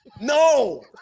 No